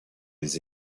les